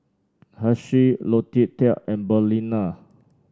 Hersheys Logitech and Balina